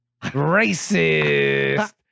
Racist